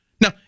Now